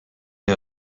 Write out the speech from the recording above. est